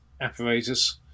apparatus